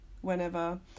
Whenever